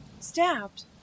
Stabbed